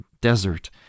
desert